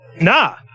Nah